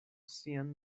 sian